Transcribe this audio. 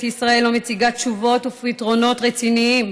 ישראל לא מציגה תשובות ופתרונות רציניים,